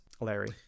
larry